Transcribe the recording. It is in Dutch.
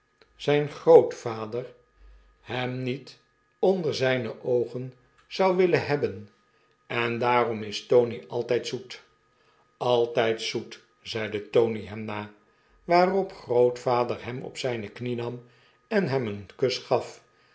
vooralzyn grootvader hem niet onder zyne oogen zou willen hebben en daarom is tony altijd zoet altijd zoet zeide tony hem na waarop grootvader hem op zyne knie nam en hem een kus gaf